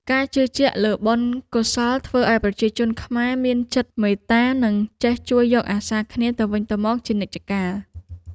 ការជឿជាក់លើបុណ្យកុសលធ្វើឱ្យប្រជាជនខ្មែរមានចិត្តមេត្តា និងចេះជួយយកអាសាគ្នាទៅវិញទៅមកជានិច្ចកាល។